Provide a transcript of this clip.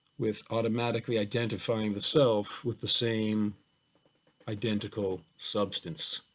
with automatically identifying the self with the same identical substance